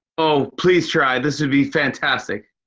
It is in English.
oh, please try. this would be fantastic.